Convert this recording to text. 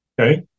Okay